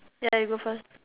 ya you go first